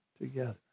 together